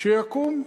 שיקום.